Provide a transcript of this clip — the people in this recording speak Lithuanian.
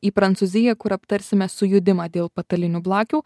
į prancūziją kur aptarsime sujudimą dėl patalinių blakių